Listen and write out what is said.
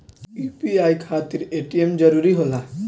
UPI खातिर ATM जरूरी होला?